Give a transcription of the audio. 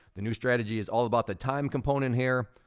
the new strategy is all about the time component here.